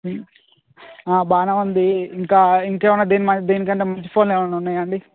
బాగానే ఉంది ఇంకా ఇంకేమైనా దీని మరి దీనికంటే మంచి ఫోన్లు ఏమైనా ఉన్నాయా అండి